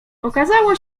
okazało